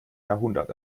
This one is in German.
jahrhundert